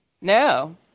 No